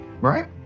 right